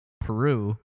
Peru